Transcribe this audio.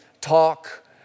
talk